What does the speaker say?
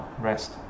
rest